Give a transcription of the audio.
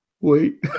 Wait